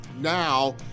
Now